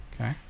Okay